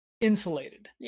insulated